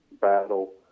battle